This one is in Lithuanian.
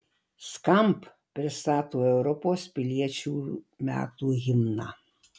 skamp pristato europos piliečių metų himną